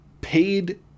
paid